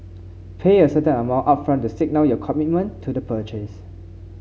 pay a certain amount upfront to signal your commitment to the purchase